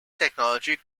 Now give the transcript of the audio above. technology